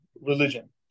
religion